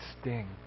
sting